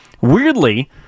Weirdly